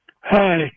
Hi